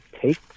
take